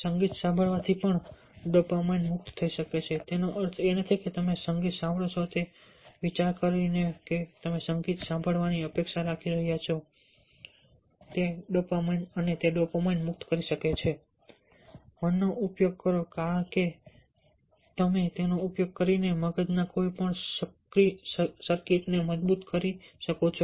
સંગીત સાંભળવાથી ડોપામાઇન પણ મુક્ત થઈ શકે છે તેનો અર્થ એ નથી કે તમે સંગીત સાંભળો છો તે વિચારીને પણ કે તમે સંગીત સાંભળવાની અપેક્ષા રાખી રહ્યા છો તે ડોપામાઇન મુક્ત કરી શકે છે મનનો ઉપયોગ કરો કારણ કે તમે તેનો ઉપયોગ કરીને મગજના કોઈપણ સર્કિટને મજબૂત કરી શકો છો